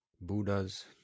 buddhas